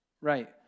Right